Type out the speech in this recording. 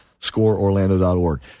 ScoreOrlando.org